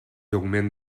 augment